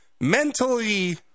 mentally